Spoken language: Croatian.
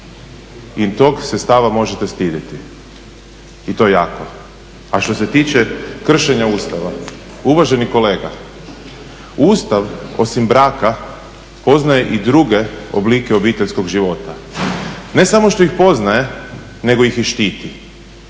I tog se stava možete stidjeti i to jako. A što se tiče kršenja Ustava uvaženi kolega Ustav osim braka poznaje i druge oblike obiteljskog života. Ne samo što ih poznaje nego ih i štiti.